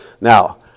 Now